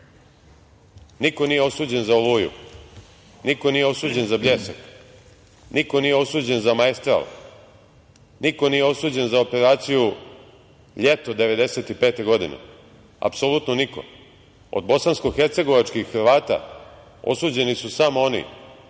nije osuđen za „Oluju“. Niko nije osuđen za „Bljesak“. Niko nije osuđen za „Maestral“. Niko nije osuđen za operaciju „Ljeto 1995. godine“, apsolutno niko. Od bosansko-hercegovačkih Hrvata osuđeni su samo oni